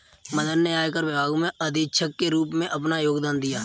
मदन ने आयकर विभाग में अधीक्षक के रूप में अपना योगदान दिया